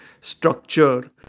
structure